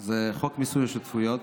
הוא חוק מיסוי שותפויות,